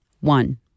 One